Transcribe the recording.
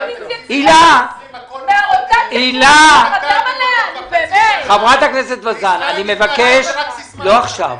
הילה, הילה, חברת הכנסת וזאן, אני מבקש, לא עכשיו.